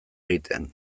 egitean